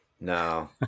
No